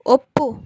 ಒಪ್ಪು